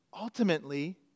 ultimately